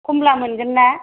कमला मोनगोन ना